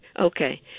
Okay